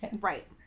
Right